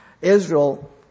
Israel